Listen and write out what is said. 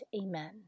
Amen